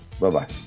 Bye-bye